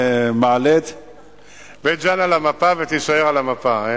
אז אני, בית-ג'ן על המפה ותישאר על המפה.